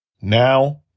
Now